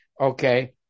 Okay